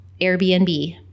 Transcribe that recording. Airbnb